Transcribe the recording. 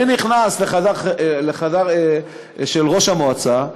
אני נכנס לחדר ראש המועצה,